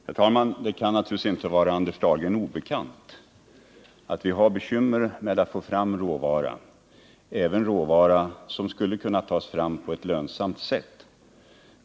Herr talman! Det kan naturligtvis inte vara Anders Dahlgren obekant att vi har bekymmer med att få fram råvara, även råvara som skulle kunna tas fram på ett lönsamt sätt.